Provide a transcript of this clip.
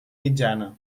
mitjana